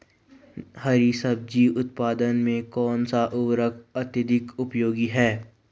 हरी सब्जी उत्पादन में कौन सा उर्वरक अत्यधिक उपयोगी है?